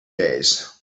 days